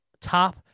top